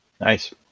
Nice